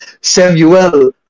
Samuel